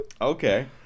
Okay